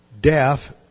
deaf